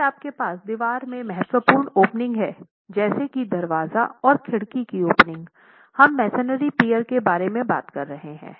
यदि आपके पास दीवार में महत्वपूर्ण ओपनिंग हैं जैसे कि दरवाजा और खिड़की की ओपनिंग हम मेसनरी पियर के बारे में बात कर रहे है